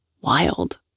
wild